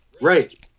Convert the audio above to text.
Right